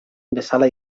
bezala